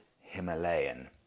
Himalayan